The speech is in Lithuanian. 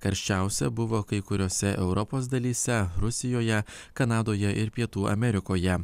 karščiausia buvo kai kuriose europos dalyse rusijoje kanadoje ir pietų amerikoje